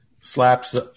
slaps